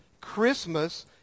Christmas